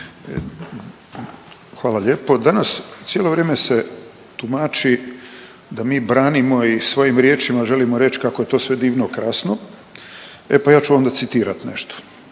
Hvala lijepo. Danas cijelo vrijeme se tumači da mi branimo i svojim riječima želimo reći kako je to sve divno, krasno. E pa ja ću onda citirati nešto.